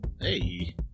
hey